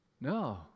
No